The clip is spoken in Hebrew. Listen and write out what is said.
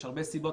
יש הרבה סיבות,